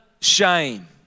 shame